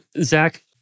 Zach